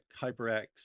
hyperx